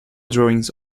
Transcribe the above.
drawings